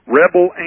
rebel